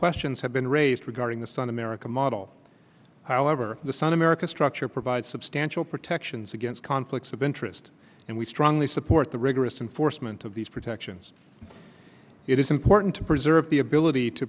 questions have been raised regarding the sun america model however the sun america structure provide substantial protections against conflicts of interest and we strongly support the rigorous enforcement of these protections it is important to preserve the ability to